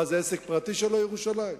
מה, זה עסק פרטי שלו, ירושלים?